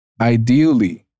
ideally